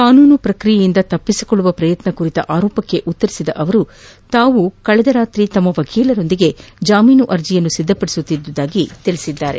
ಕಾನೂನು ಪ್ರಕ್ರಿಯೆಯಿಂದ ತಪ್ಸಿಸಿಕೊಳ್ಳುವ ಪ್ರಯತ್ನ ಕುರಿತ ಆರೋಪಕ್ಕೆ ಉತ್ತರಿಸಿದ ಅವರು ತಾವು ಕಳೆದ ರಾತ್ರಿ ತಮ್ಮ ವಕೀಲರೊಂದಿಗೆ ಜಾಮೀನು ಅರ್ಜಿಯನ್ನು ಸಿದ್ದಪಡಿಸುತಿದ್ದುದಾಗಿ ತಿಳಿಸಿದರು